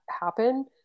happen